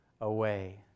away